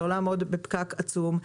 לא לעמוד בפקק עצום,